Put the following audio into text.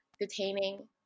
detaining